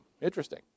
Interesting